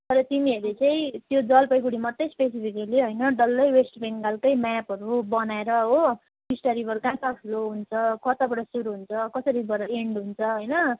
त तिमीहरूले चाहिँ त्यो जलपाइगुडी मात्रै स्पेसिफेकली होइन डल्लै वेस्ट बङ्गालकै म्यापहरू बनाएर हो टिस्टा रिभर कहाँ कहाँ फ्लो हुन्छ कताबाट सुरु हुन्छ कसरी गएर इन्ड हुन्छ होइन